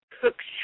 cook's